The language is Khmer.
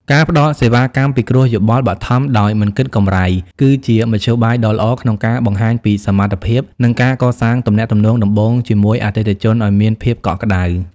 ការផ្ដល់សេវាកម្មពិគ្រោះយោបល់បឋមដោយមិនគិតកម្រៃ គឺជាមធ្យោបាយដ៏ល្អក្នុងការបង្ហាញពីសមត្ថភាព និងការកសាងទំនាក់ទំនងដំបូងជាមួយអតិថិជនឱ្យមានភាពកក់ក្ដៅ។